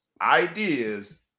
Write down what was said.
ideas